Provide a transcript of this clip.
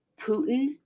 putin